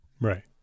Right